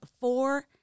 four